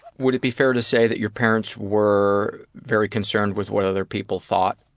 would it be fair to say that your parents were very concerned with what other people thought?